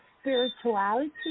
spirituality